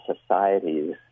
societies